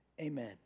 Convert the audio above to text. Amen